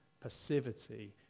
passivity